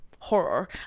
Horror